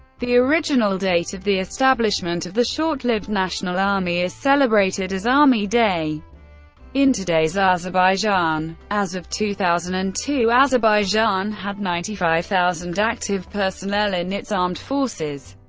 the original date of the establishment of the short-lived national army is celebrated as army day in today's azerbaijan. as of two thousand and two, azerbaijan had ninety five thousand active personnel in its armed forces.